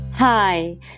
Hi